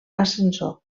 ascensor